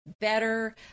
better